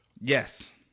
Yes